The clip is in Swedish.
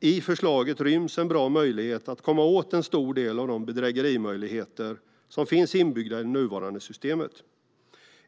i förslaget ryms en bra möjlighet att komma åt en stor del av de bedrägerimöjligheter som finns inbyggda i det nuvarande systemet.